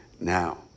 Now